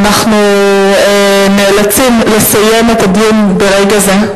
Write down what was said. אנחנו נאלצים לסיים את הדיון ברגע זה.